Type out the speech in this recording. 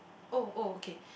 oh oh okay